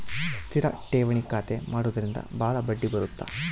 ಸ್ಥಿರ ಠೇವಣಿ ಖಾತೆ ಮಾಡುವುದರಿಂದ ಬಾಳ ಬಡ್ಡಿ ಬರುತ್ತ